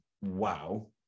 wow